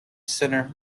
centre